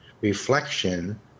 reflection